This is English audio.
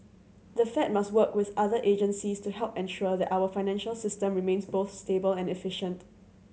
the Fed must work with other agencies to help ensure that our financial system remains both stable and efficient